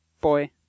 boy